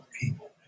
people